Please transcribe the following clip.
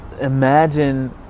Imagine